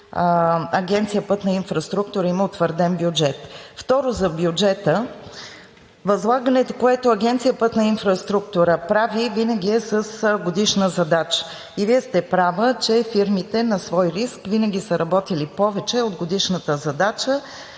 Агенция „Пътна инфраструктура“ има утвърден бюджет. Второ, за бюджета. Възлагането, което Агенция „Пътна инфраструктура“ прави, винаги е с годишна задача. Вие сте права, че фирмите на свой риск винаги са работили повече от годишната задача,